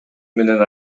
менен